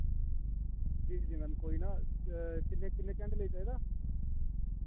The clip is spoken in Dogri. जी जी मैम कोई ना किन्ने किन्ने घैंटे लेई चाहिदा